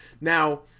Now